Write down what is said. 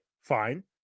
fine